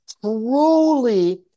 truly